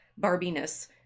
barbiness